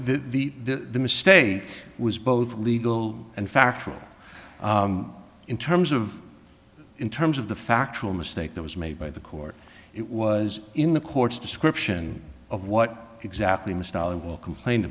the the mistake was both legal and factual in terms of in terms of the factual mistake that was made by the court it was in the courts description of what exactly